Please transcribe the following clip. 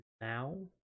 now